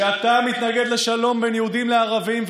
שאתה מתנגד לשלום בין יהודים לערבים,